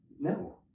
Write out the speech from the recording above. No